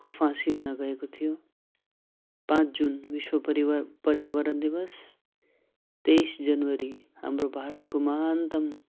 को फाँसी हुन गएको थियो पाँच जुन विश्व परिवार पर्यावरण दिवस तेइस जनवरी हाम्रो भारतको महानतम